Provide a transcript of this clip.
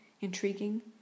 intriguing